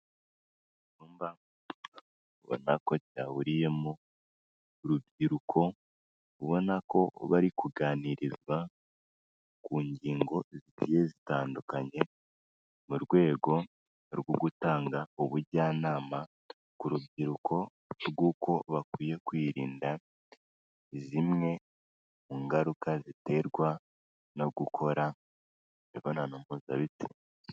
Icyumba ubona ko cyahuriyemo urubyiruko, ubona ko bari kuganirizwa ku ngingo zigiye zitandukanye mu rwego rwo gutanga ubujyanama ku rubyiruko rw'uko bakwiye kwirinda zimwe mu ngaruka ziterwa no gukora imibonano mpuzabitsina.